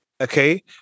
Okay